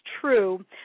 true